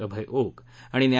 अभय ओक आणि न्या